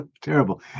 terrible